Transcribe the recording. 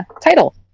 title